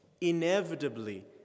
inevitably